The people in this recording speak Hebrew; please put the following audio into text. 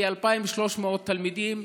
כ-2,300 תלמידים,